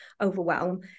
overwhelm